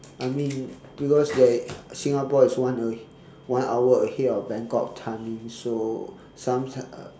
I mean because like singapore is one ahead one hour ahead of bangkok timing so sometimes uh